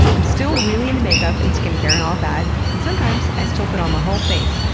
i'm still really into makeup and skin care and all that, and sometimes i still put on my whole face,